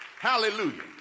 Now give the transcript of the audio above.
Hallelujah